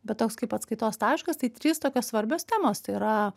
bet toks kaip atskaitos taškas tai trys tokios svarbios temos tai yra